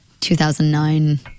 2009